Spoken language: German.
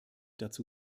dazu